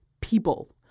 people